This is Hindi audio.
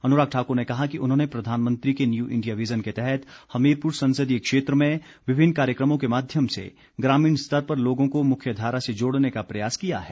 अनुराग ठाकुर ने कहा कि उन्होंने प्रधानमंत्री के न्यू इंडिया विज़न के तहत हमीरपुर संसदीय क्षेत्र में विभिन्न कार्यक्रमों के माध्यम से ग्रामीण स्तर पर लोगों को मुख्य धारा से जोड़ने का प्रयास किया है